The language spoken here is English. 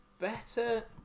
better